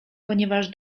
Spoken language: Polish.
ponieważ